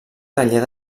taller